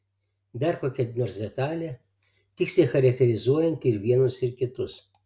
dar kokia nors detalė tiksliai charakterizuojanti ir vienus ir kitus